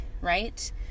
right